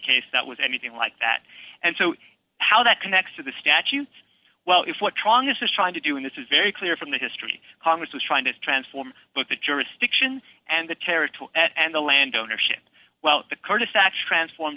case that was anything like that and so how that connects to the statute well if what truong is trying to do in this is very clear from the history congress was trying to transform but the jurisdiction and the territory and the land ownership well the kurdish faction transform